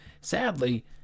Sadly